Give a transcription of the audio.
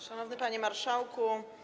Szanowny Panie Marszałku!